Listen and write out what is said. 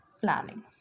planning